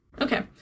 Okay